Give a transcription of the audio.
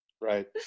Right